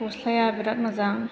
गस्लाया बिराद मोजां